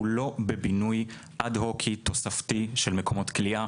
הוא לא בבינוי אד-הוקי תוספתי של מקומות כליאה.